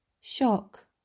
Shock